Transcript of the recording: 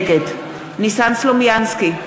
נגד ניסן סלומינסקי,